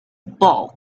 bulk